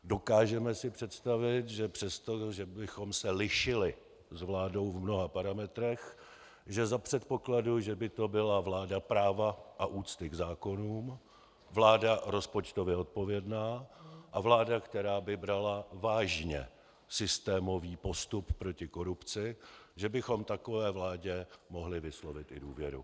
Dokážeme si představit, že přesto, že bychom se lišili s vládou v mnoha parametrech, že za předpokladu, že by to byla vláda práva a úcty k zákonům, vláda rozpočtově odpovědná a vláda, která by brala vážně systémový postup proti korupci, že bychom takové vládě mohli vyslovit i důvěru.